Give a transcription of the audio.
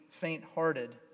faint-hearted